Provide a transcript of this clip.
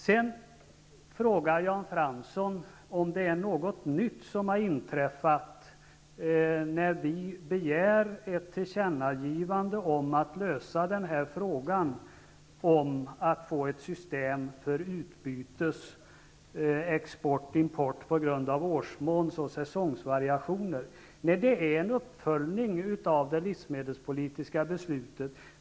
Sedan frågar Jan Fransson om det är något nytt som har inträffat när vi begär ett tillkännagivande om att lösa frågan om att få ett system för utbyte av export--import på grund av årsmåns och säsongsvariationer. Nej, det är en uppföljning av det livsmedelspolitiska beslutet.